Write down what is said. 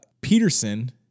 Peterson